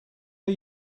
are